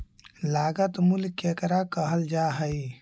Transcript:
लागत मूल्य केकरा कहल जा हइ?